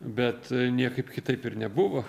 bet niekaip kitaip ir nebuvo